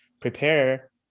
prepare